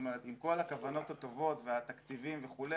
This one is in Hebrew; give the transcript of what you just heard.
עם כל הכוונות הטובות והתקציבים וכו',